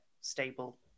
stable